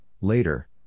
later